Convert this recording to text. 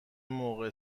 موقع